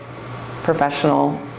professional